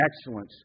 excellence